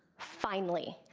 finally.